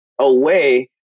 away